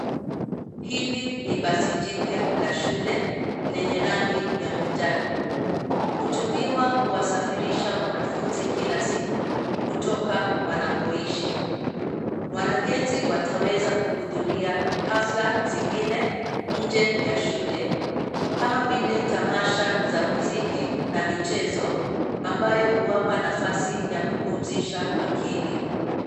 Hili ni basi jipya la shule lenye rangi ya manjano. Hutumiwa kuwasafirisha wanafunzi kila siku kutoka wanakoishi. Wanagenzi wataweza kuhudhuria hafla zingine nje ya shule kama vile: tamasha za muziki na michezo, ambayo huwapa nafasi ya kupumzisha akili.